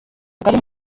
rugari